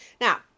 Now